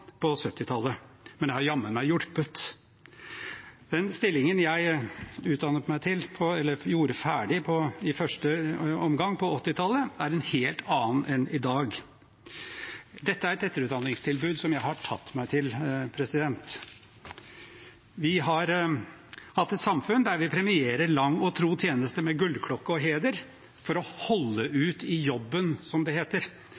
på 1970-tallet, men det har jammen meg hjulpet. Den stillingen jeg utdannet meg til, eller gjorde ferdig i første omgang, på 1980-tallet, er en helt annen enn i dag. Dette er et etterutdanningstilbud som jeg har tatt meg til. Vi har hatt et samfunn der vi premierer lang og tro tjeneste med gullklokke og heder for å holde ut i jobben, som det heter.